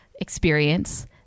experience